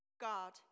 God